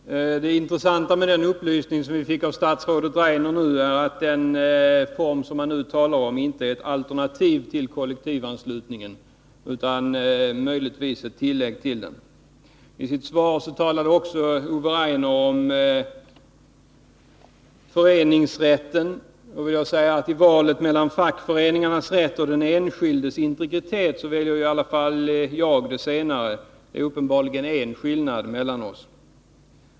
Herr talman! Det intressanta med den upplysning vi fick av statsrådet Rainer är att den anslutningsform som man nu talar om inte är ett alternativ till kollektivanslutningen utan möjligtvis ett tillägg till den. I sitt svar talade Ove Rainer också om föreningsrätten. Till det vill jag säga att i valet mellan fackföreningarnas rätt och den enskildes integritet väljer i alla fall jag det senare. Det är uppenbarligen en skillnad mellan oss.